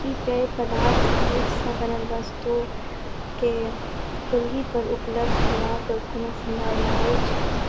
कि पेय पदार्थ दूधसँ बनल वस्तु के केलहीपर उपलब्ध हेबाक कोनो सम्भावना अछि